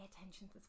attention